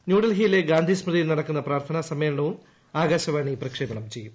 ന്യൂഡൽഹിയിലെ ഗാന്ധി സ്റ്മൃതിയിൽ നടക്കുന്ന പ്രാർത്ഥന സമ്മേളനവും ആകാശവാണ് പ്രക്ഷേപണം ചെയ്യും